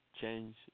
change